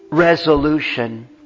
Resolution